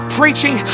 preaching